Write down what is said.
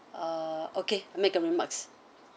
uh okay I make a remarks